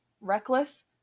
reckless